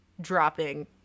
dropping